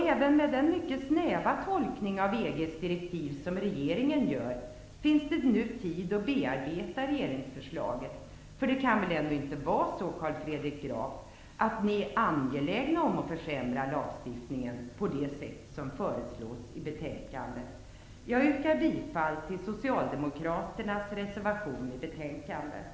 Även med den mycket snäva tolkning av EG:s direktiv som regeringen gör, finns det nu tid att bearbeta regeringsförslaget. Det kan väl ändå inte vara så, Carl Fredrik Graf, att ni är angelägna om att försämra lagstiftningen på det sätt som föreslås i betänkandet? Jag yrkar bifall till Socialdemokraternas reservation betänkandet.